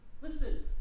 Listen